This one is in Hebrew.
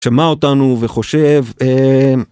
שמע אותנו וחושב.